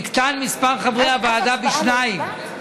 יקטן מספר חברי הוועדה בשניים,